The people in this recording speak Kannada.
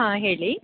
ಹಾಂ ಹೇಳಿ